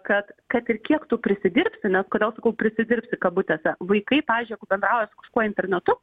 kad kad ir kiek tu prisidirbsi nes kodėl sakau prisidirbsi kabutėse vaikai pavyzdžiui jeigu bendrauja su kažkuo internetu